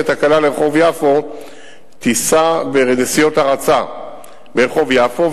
הקלה לרחוב יפו תיסע בנסיעות הרצה ברחוב יפו,